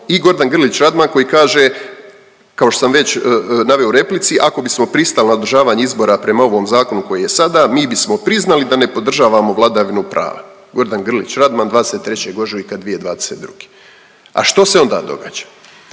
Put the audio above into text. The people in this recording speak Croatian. i Gordan Grlić Radman koji kaže, kao što sam već naveo u replici „ako bismo pristali na održavanje izbora prema ovom zakonu koji je sada, mi bismo priznali da ne podržavamo vladavinu prava“, Gordan Grlić Radman, 23. ožujka 2022.g.. A što se onda događa?